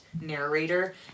narrator